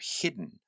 hidden